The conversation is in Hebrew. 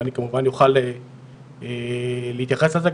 ואני כמובן אוכל להתייחס לזה,